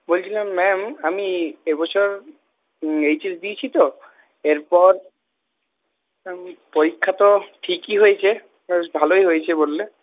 বলছিলাম ম্যাম আমি এবছর এইচ এস দিয়েছি তো এরপর পরীক্ষা তো ঠিকই হয়েছে বেশ ভালোই হয়েছে বললে